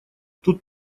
тут